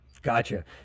Gotcha